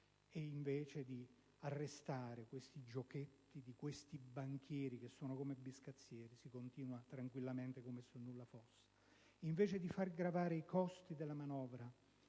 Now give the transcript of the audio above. invece di arrestare questi giochetti da parte di banchieri che si comportano da biscazzieri, si continua in questo modo come se nulla fosse. Invece di far gravare i costi della manovra